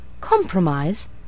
Compromise